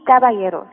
caballeros